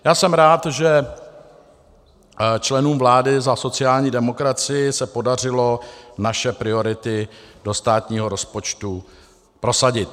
Já jsem rád, že členům vlády za sociální demokracii se podařilo naše priority do státního rozpočtu prosadit.